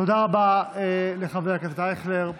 תודה רבה לחבר הכנסת אייכלר.